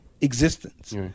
existence